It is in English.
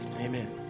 amen